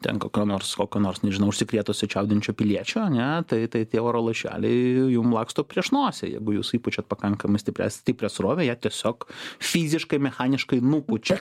ten kokio nors koko nors nežinau užsikrėtusio čiaudinčio piliečio ane tai tai tie oro lašeliai jum laksto prieš nosį jeigu jūs įpučiat pakankamai stiprias stiprią srovę ją tiesiog fiziškai mechaniškai nupučia atšals